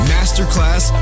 Masterclass